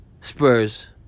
Spurs